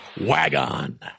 Wagon